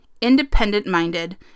independent-minded